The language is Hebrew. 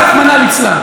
רחמנא ליצלן?